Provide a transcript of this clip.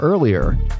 Earlier